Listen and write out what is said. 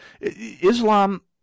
Islam